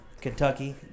Kentucky